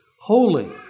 holy